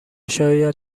شاید